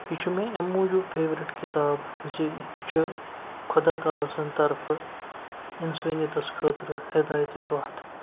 یہِ چھُ مےٚ امہِ موٗجوٗب فٮ۪ورِٹ کِتاب زِ یہِ چھُ خۄدا تعالیٰ سٕنٛدۍ طرفہٕ اِنسٲنیتس خٲطرٕ ہدایتٕچ وَتھ